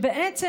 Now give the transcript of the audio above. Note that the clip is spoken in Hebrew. בעצם,